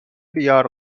بیار